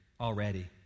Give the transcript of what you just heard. already